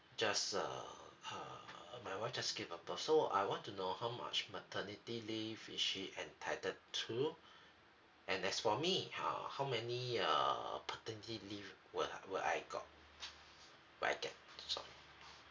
just err err my wife just gave a birth so I want to know how much maternity leave is she entitled to and as for me uh how many uh paternity leave will I will I got by that and so on